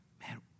Man